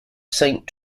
saint